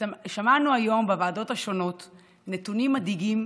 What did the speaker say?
שמענו היום בוועדות השונות נתונים מדאיגים,